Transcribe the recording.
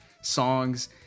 songs